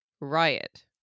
riot